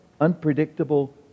unpredictable